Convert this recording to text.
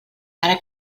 ara